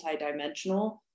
multidimensional